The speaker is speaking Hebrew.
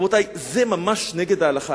זה ממש נגד ההלכה.